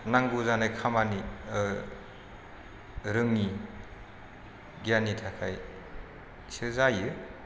नांगौ जानाय खामानि रोङि गियानि थाखायसो जायो